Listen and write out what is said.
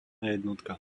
jednotka